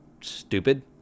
stupid